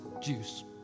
juice